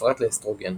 ובפרט לאסטרוגן.